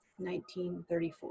1934